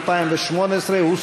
אנחנו עדיין בעמוד 89, גברתי?